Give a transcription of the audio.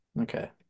Okay